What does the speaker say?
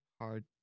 hard